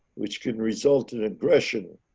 which can result in aggression,